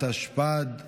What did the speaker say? התשפ"ד 2024,